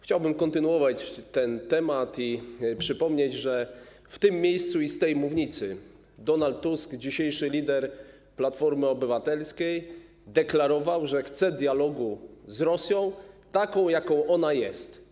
Chciałbym kontynuować ten temat i przypomnieć, że w tym miejscu i z tej mównicy Donald Tusk, dzisiejszy lider Platformy Obywatelskiej, deklarował, że chce dialogu z Rosją, taką jaka ona jest.